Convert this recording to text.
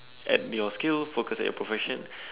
at your skill at your profession